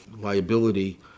liability